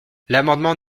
l’amendement